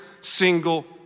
single